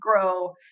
grow